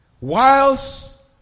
whilst